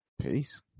peace